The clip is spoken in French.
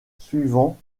suivant